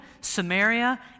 Samaria